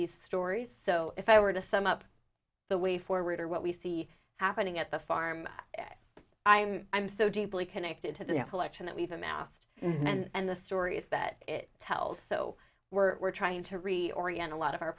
these stories so if i were to sum up the way forward or what we see happening at the farm i'm i'm so deeply connected to the election that we've amassed and the stories that it tells so we're we're trying to reach oriental out of our